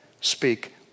speak